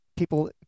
people